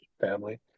family